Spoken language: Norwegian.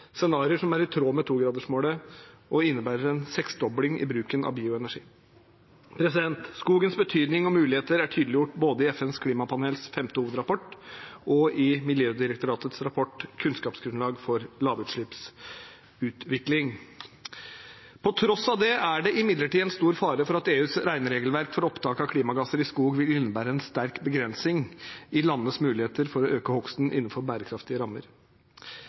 scenarioer som er i tråd med 2-gradersmålet, og som innebærer en seksdobling i bruken av bioenergi. Skogens betydning og muligheter er tydeliggjort både i FNs klimapanels femte hovedrapport og i Miljødirektoratets rapport Kunnskapsgrunnlag for lavutslippsutvikling. På tross av dette er det imidlertid stor fare for at EUs regneregelverk for opptak av klimagasser i skog vil innebære en sterk begrensing av landenes muligheter for å øke hogsten innenfor bærekraftige rammer.